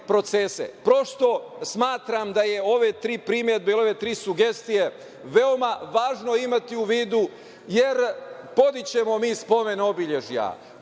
procese. Smatra da su ove tri primedbe, ove tri sugestije veoma važno imati u vidu jer podićemo spomen obeležja,